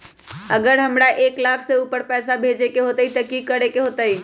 अगर हमरा एक लाख से ऊपर पैसा भेजे के होतई त की करेके होतय?